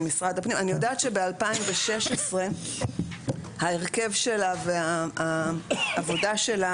אני יודעת שב-2016 ההרכב שלה והעבודה שלה